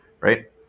right